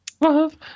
Love